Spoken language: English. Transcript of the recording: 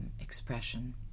expression